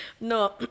no